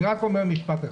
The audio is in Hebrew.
אני אומר רק משפט אחד.